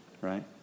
Right